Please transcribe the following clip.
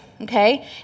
okay